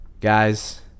guys